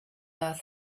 earth